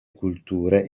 culture